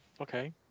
Okay